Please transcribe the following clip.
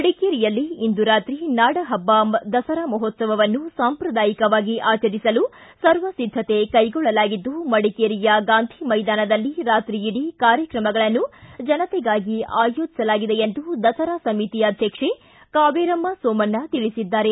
ಮಡಿಕೇರಿಯಲ್ಲಿ ಇಂದು ರಾತ್ರಿ ನಾಡಪಬ್ಬ ದಸರಾ ಮಹೋತ್ಸವವನ್ನು ಸಾಂಪ್ರದಾಯಿಕವಾಗಿ ಆಚರಿಸಲು ಸರ್ವ ಸಿದ್ಧತೆ ಕೈಗೊಳ್ಳಲಾಗಿದ್ದು ಮಡಿಕೇರಿಯ ಗಾಂಧಿ ಮೈದಾನದಲ್ಲಿ ರಾತ್ರಿಯಿಡೀ ಕಾರ್ಯಕ್ರಮಗಳನ್ನು ಜನತೆಗಾಗಿ ಆಯೋಜಿಸಲಾಗಿದೆ ಎಂದು ದಸರಾ ಸಮಿತಿ ಅಧ್ಯಕ್ಷೆ ಕಾವೇರಮ್ಮ ಸೋಮಣ್ಣ ತಿಳಿಸಿದ್ದಾರೆ